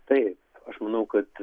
taip aš manau kad